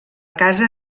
casa